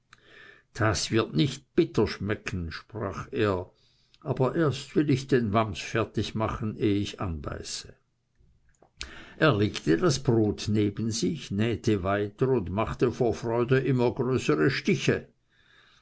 das wird nicht bitter schmecken sprach er aber erst will ich den wams fertig machen eh ich anbeiße er legte das brot neben sich nähte weiter und machte vor freude immer größere stiche